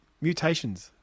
mutations